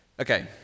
Okay